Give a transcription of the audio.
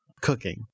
Cooking